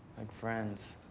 like friends.